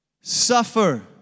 suffer